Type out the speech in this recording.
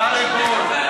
אתה הריבון.